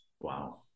Wow